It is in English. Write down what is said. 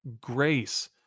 grace